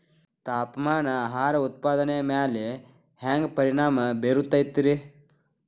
ತಾಪಮಾನ ಆಹಾರ ಉತ್ಪಾದನೆಯ ಮ್ಯಾಲೆ ಹ್ಯಾಂಗ ಪರಿಣಾಮ ಬೇರುತೈತ ರೇ?